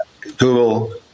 Google